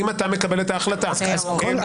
--- חברים.